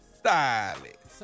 stylist